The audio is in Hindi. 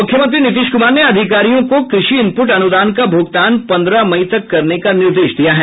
मुख्यमंत्री नीतीश कुमार ने अधिकारियों को कृषि इनपुट अनुदान का भुगतान पन्द्रह मई तक करने का निर्देश दिया है